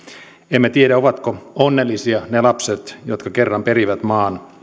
emme tiedä ovatko onnellisia ne lapset jotka kerran perivät maan